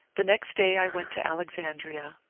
the next day i went to alexandria,